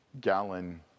gallon